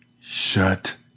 Shut